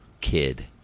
kid